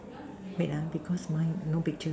wait lah because mine no picture